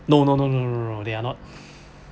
no no no no they are not